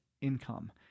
income